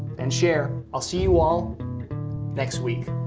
and share. i'll see you all next week.